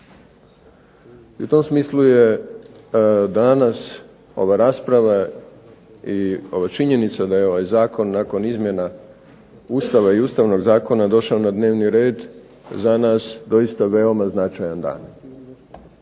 u tom smislu je danas ova rasprava i ova činjenica da je ovaj Zakon nakon izmjena Ustava i Ustavnog zakona došao na dnevni red za nas doista veoma značajan dan.